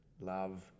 Love